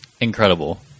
incredible